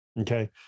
okay